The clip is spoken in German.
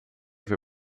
für